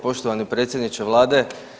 Poštovani predsjedniče Vlade.